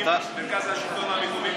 עם מרכז השלטון המקומי,